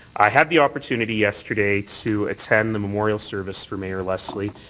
i had the opportunity yesterday to attend the memorial service for mayor leslie,